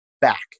back